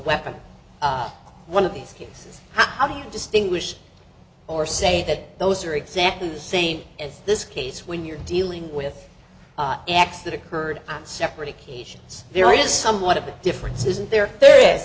weapon one of these cases how do you distinguish or say that those are exactly the same as this case when you're dealing with acts that occurred on separate occasions there is somewhat of a difference isn't there